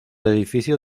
edificio